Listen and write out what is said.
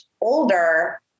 older